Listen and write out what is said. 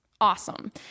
awesome